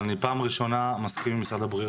אבל אני פעם ראשונה מסכים עם משרד הבריאות.